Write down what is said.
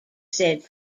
said